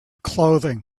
clothing